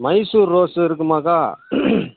Mysore rose இருக்குமாக்கா